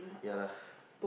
ya lah